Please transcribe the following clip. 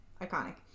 Iconic